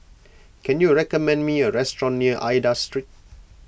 can you recommend me a restaurant near Aida Street